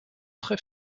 très